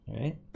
right